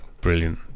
Brilliant